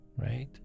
right